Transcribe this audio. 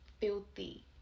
filthy